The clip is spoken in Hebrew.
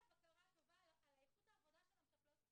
בקרה טובה על איכות העבודה של המטפלות,